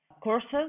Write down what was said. courses